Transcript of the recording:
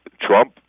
Trump